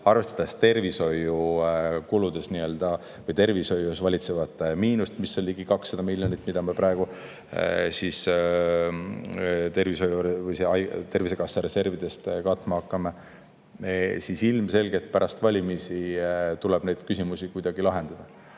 arvestades tervishoiukuludes või tervishoius valitsevat miinust, mis on ligi 200 miljonit, mida me praegu Tervisekassa reservidest katma hakkame, on ilmselge, et pärast valimisi tuleb neid küsimusi kuidagi lahendada.